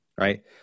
right